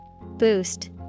Boost